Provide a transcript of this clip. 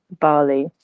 Bali